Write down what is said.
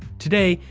today,